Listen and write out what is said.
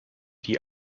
die